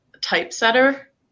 Typesetter